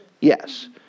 Yes